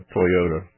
Toyota